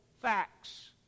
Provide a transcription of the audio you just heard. facts